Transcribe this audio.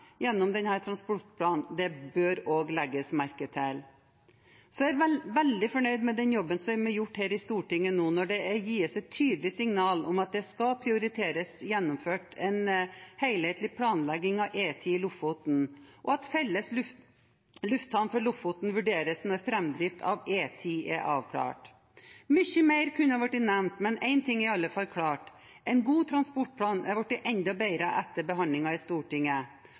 transportplanen, bør også legges merke til. Så er jeg veldig fornøyd med den jobben som er gjort her i Stortinget, nå når det gis et tydelig signal om at det skal prioriteres gjennomført en helhetlig planlegging av E10 i Lofoten, og at felles lufthavn for Lofoten vurderes når framdriften av E10 er avklart. Mye mer kunne ha vært nevnt, men én ting er i alle fall klart: En god transportplan er blitt enda bedre etter behandlingen i Stortinget.